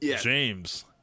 James